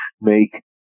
make